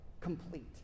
complete